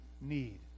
need